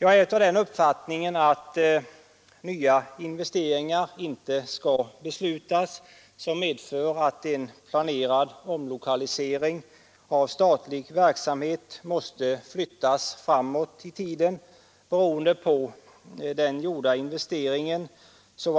Jag är av den uppfattningen att nya investeringar inte skall beslutas som medför att en planerad omlokalisering av statlig verksamhet flyttas framåt i tiden, beroende på